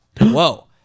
whoa